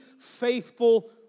faithful